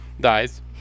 Dies